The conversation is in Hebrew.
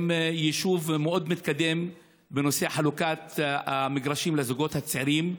זה יישוב מתקדם מאוד בנושא חלוקת המגרשים לזוגות הצעירים.